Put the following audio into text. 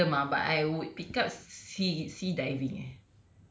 so random ah but I would pick up sea sea diving eh